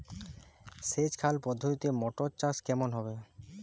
সেচ খাল পদ্ধতিতে মটর চাষ কেমন হবে?